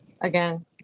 again